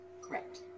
correct